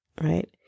right